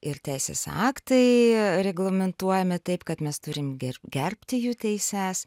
ir teisės aktai reglamentuojami taip kad mes turim ger gerbti jų teises